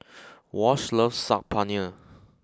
Wash loves Saag Paneer